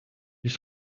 ils